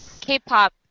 K-pop